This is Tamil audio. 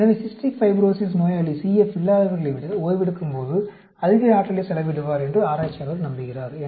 எனவே சிஸ்டிக் ஃபைப்ரோஸிஸ் நோயாளி CF இல்லாதவர்களை விட ஓய்வெடுக்கும் போது அதிக ஆற்றலை செலவிடுவார் என்று ஆராய்ச்சியாளர் நம்புகிறார்